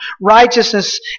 Righteousness